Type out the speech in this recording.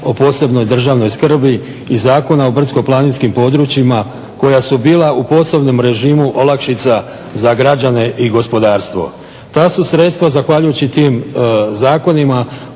o posebnoj državnoj skrbi i Zakona o brdsko-planinskim područjima koja su bila u posebnom režimu olakšica za građane i gospodarstvo. Ta su sredstva zahvaljujući tim zakonima